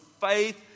faith